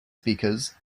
speakers